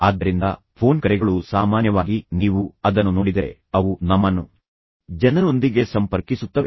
ಆದ್ದರಿಂದ ಫೋನ್ ಕರೆಗಳು ಸಾಮಾನ್ಯವಾಗಿ ನೀವು ಅದನ್ನು ನೋಡಿದರೆ ಅವು ನಮ್ಮನ್ನು ಜನರೊಂದಿಗೆ ಸಂಪರ್ಕಿಸುತ್ತವೆ